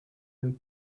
and